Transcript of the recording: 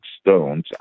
stones